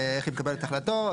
איך היא מקבלת החלטות,